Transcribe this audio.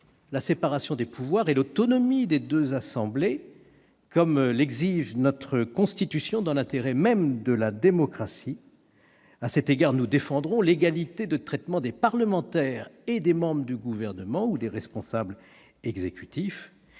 la séparation des pouvoirs et l'autonomie des deux assemblées, comme l'exige notre Constitution, dans l'intérêt même de la démocratie. À cet égard, nous défendrons l'égalité de traitement des parlementaires et des membres du Gouvernement ou des responsables exécutifs.